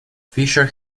fisher